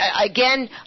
again